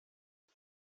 jag